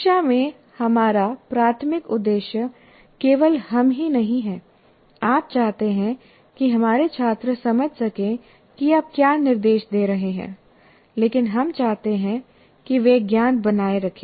शिक्षा में हमारा प्राथमिक उद्देश्य केवल हम ही नहीं है आप चाहते हैं कि हमारे छात्र समझ सकें कि आप क्या निर्देश दे रहे हैं लेकिन हम चाहते हैं कि वे ज्ञान बनाए रखें